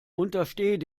untersteh